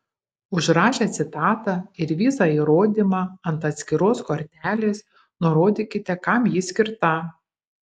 užrašę citatą ir visą įrodymą ant atskiros kortelės nurodykite kam ji skirta